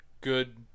good